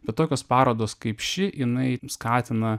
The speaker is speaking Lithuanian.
bet tokios parodos kaip ši jinai skatina